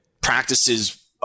practices